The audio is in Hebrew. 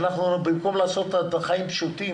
במקום לעשות את החיים פשוטים,